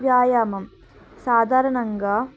వ్యాయామం సాధారణంగా